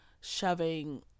shoving